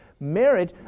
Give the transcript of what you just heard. Marriage